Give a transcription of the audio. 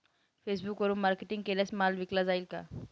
फेसबुकवरुन मार्केटिंग केल्यास माल विकला जाईल का?